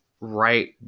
right